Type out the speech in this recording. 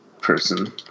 person